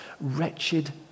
wretched